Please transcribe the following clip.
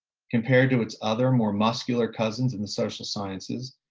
compared to its other more muscular cousins in the social sciences,